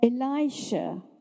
Elisha